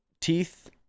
teeth